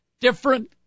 different